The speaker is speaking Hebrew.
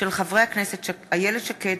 מאת חברי הכנסת איילת שקד,